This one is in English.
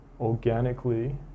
organically